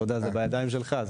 זה בידיים שלך.